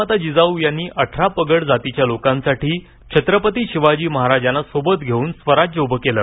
राजमाता जिजाऊ यांनी अठरा पगड जातींच्या लोकांसाठी छत्रपती शिवाजी महाराजांना सोबत घेऊन स्वराज्य उभं केलं